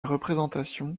représentations